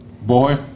Boy